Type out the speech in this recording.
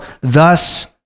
thus